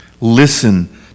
Listen